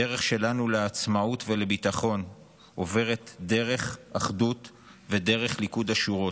הדרך שלנו לעצמאות ולביטחון עוברת דרך אחדות ודרך ליכוד השורות,